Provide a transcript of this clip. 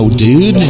dude